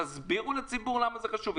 תסבירו לציבור למה זה חשוב.